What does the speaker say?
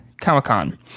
comic-con